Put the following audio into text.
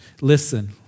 Listen